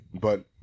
But-